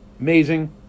amazing